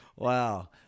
Wow